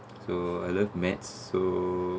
so I love maths so